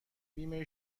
بیمه